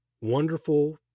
wonderful